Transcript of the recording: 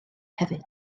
hefyd